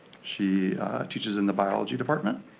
she teaches in the biology department,